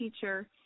teacher